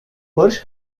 barış